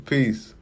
Peace